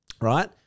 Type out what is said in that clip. right